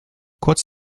kurz